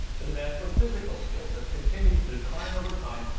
the demand for physical skills has continued to decline over time,